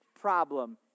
problem